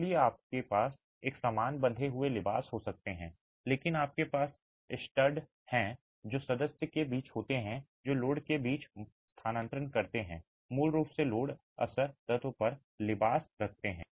इसलिए आपके पास एक समान बंधे हुए लिबास हो सकते हैं लेकिन आपके पास स्टड हैं जो तब सदस्य के बीच होते हैं जो लोड के बीच स्थानांतरण करते हैं मूल रूप से लोड असर तत्व पर लिबास रखते हैं